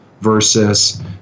versus